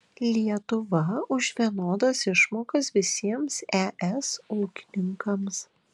lietuva už vienodas išmokas visiems es ūkininkams